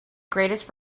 greatest